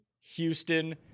Houston